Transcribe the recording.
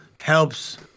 Helps